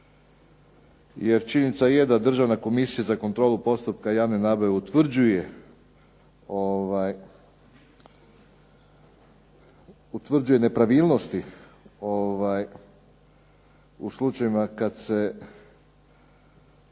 jer činjenica je da Državna komisija za kontrolu postupka javne nabave utvrđuje nepravilnosti u slučajevima kada se